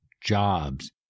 jobs